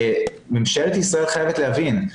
ממשלת ישראל חייבת להבין,